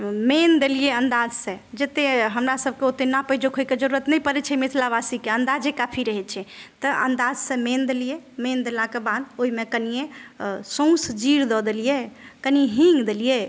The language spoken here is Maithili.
मेन देलियै अन्दाजसँ जते हमरा सबके ओते नापिये जोखिके जरूरत नहि पड़य छै मिथिलावासीके अन्दाजे काफी रहय छै तऽ अन्दाजसँ मेन देलियै मेन देलाके बाद ओइमे कनिये सौँस जीर दऽ देलियै कनि हीङ्ग देलियै